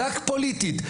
רק פוליטית,